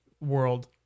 world